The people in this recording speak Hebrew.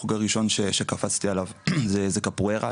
החוג הראשון שקפצתי עליו הוא קפוארה,